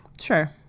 Sure